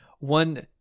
One